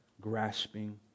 grasping